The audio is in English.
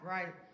Right